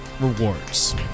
Rewards